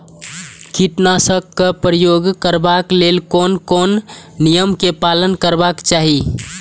कीटनाशक क प्रयोग करबाक लेल कोन कोन नियम के पालन करबाक चाही?